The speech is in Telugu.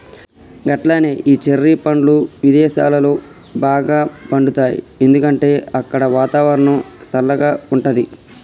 గట్లనే ఈ చెర్రి పండ్లు విదేసాలలో బాగా పండుతాయి ఎందుకంటే అక్కడ వాతావరణం సల్లగా ఉంటది